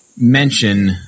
Mention